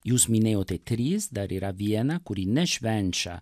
jūs minėjote tris dar yra viena kuri nešvenčia